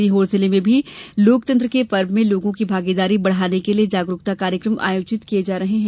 सीहोर जिले में भी लोकतंत्र के पर्व में लोगों की भागीदारी बढ़ाने के लिए जागरुकता कार्यक्रम आयोजित किये जा रहे हैं